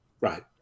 Right